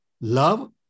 Love